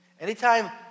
Anytime